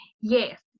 Yes